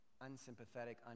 unsympathetic